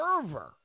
server